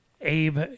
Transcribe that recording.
Abe